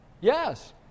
Yes